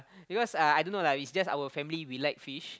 because uh I don't know lah is just our family we like fish